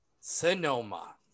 Sonoma